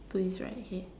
to his right okay